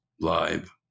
live